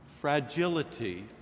fragility